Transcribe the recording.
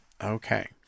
Okay